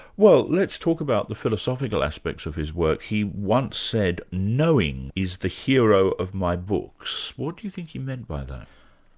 well let's talk about the philosophical aspects of his work. he once said knowing is the hero of my books. what do you think he meant by that?